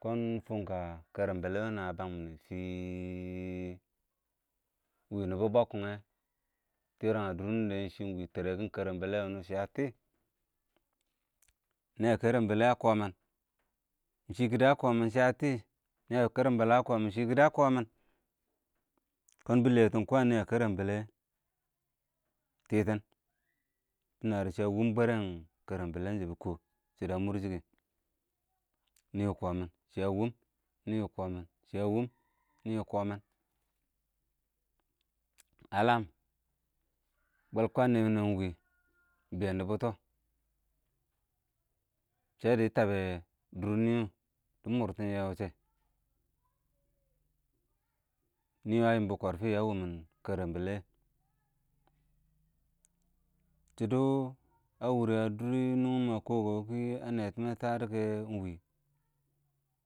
kɔɔn ɪng fʊnkə kərɛbəlɛ ɪng wɪnɛn ə bəng mɪnɛ fɪ, ɪng wɪɪ nɪbɔ bə kʊn wɛ tɪrəng ə dʊʊg nʊng wɪ tɪrɛn ə dʊn nʊngdɛ shɪ ɪng wɪ tɛrɛkɪn kərɛn bəlɛ wʊnʊ shɪ ə tɪɪ nɪ ə kərən bəlɛ ə kɔmɪn ɪng shɪ kɪdɪ ə kɔmɪn shɪ ə tɛɛ, nɪ ə kɛrɛn bəlɛ ə kɔmɪn ɪng kɪdɪ ə kɔmɪn, kɔɔn bɪ lɛɛ tɪn kwəən wɪ ə kɛrɛn bəlɛ wɛ, tɪtɪɪn, bɪ nərɪ shɪ ə wʊm bwɛrɛn kɛrɛn bəlɛn shɛ bɪkɔ, shɪ dɔ ə mʊrshɪ kɪ, nɪ wʊ kɔmɪn shɪ ə wʊm nɪ wʊ kɔmɪn, shɪ ə wʊm nɪ wʊ kɔmɪn ə ləəm bwəl kwəən nɪ wʊnʊ ɪng w ɪ bɛɛn dɪ bʊtɔ shɛ dɪ təbɛ ɪng dʊʊr nɪ wʊ dɪ mʊrtɪn dɪ wʊshɛ nɪ ə yɪmbɔ kɔrfɪ ə wʊnʊm kɛrɛn bəlɛ shɪdɔ wʊ ə wʊrɛ ə dʊrr nʊngyɪ mɪ ə kɔbɔkɔyɪ ə nɛtɪmɛ tədɔɔ kɛ ɪng wɪɪ.